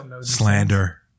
Slander